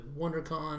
WonderCon